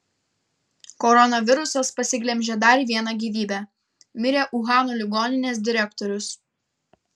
koronavirusas pasiglemžė dar vieną gyvybę mirė uhano ligoninės direktorius